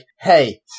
hey